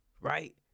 right